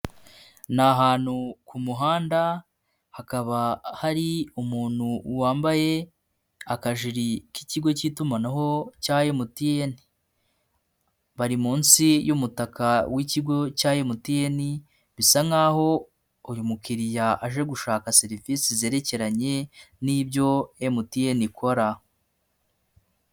Ni ahantu ku muhanda hakaba hari umuntu wambaye akajiriri k'ikigo cy'itumanaho cya MTN. Bari munsi y'umutaka w'ikigo cya MTN bisa nkaho uyu mukiriya aje gushaka serivisi zerekeranye n'ibyo MTN ikora.